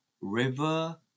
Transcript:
River